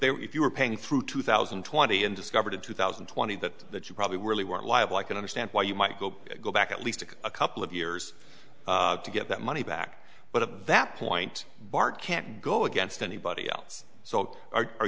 were if you were paying through two thousand and twenty and discovered in two thousand that that you probably really weren't liable i can understand why you might go go back at least a couple of years to get that money back but at that point bart can't go against anybody else so are are